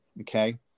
okay